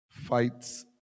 fights